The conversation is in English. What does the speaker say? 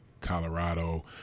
Colorado